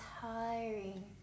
tiring